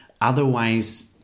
Otherwise